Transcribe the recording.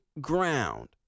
ground